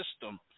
system